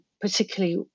particularly